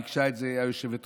ביקשה את זה היושבת-ראש,